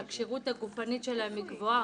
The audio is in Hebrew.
שהכשירות הגופנית שלהם היא גבוהה,